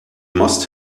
must